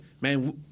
man